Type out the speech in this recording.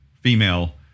female